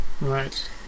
Right